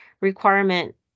requirement